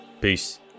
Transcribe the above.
Peace